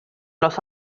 los